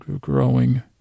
growing